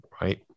right